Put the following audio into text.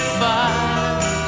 fire